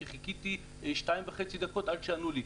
כי חיכיתי 2.5 דקות עד שענו לי.